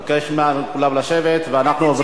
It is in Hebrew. עוברים להצבעה, בבקשה.